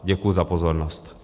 Děkuji za pozornost.